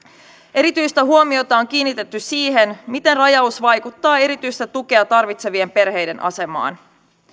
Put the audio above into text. erityistä huomiota on kiinnitetty siihen miten rajaus vaikuttaa erityistä tukea tarvitsevien perheiden asemaan